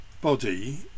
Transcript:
body